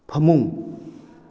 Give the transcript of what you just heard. ꯐꯃꯨꯡ